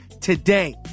today